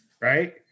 right